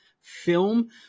film